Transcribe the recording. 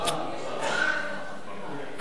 לוועדת הכספים נתקבלה.